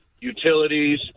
utilities